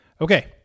Okay